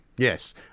Yes